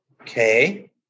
Okay